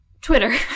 Twitter